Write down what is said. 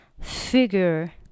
figure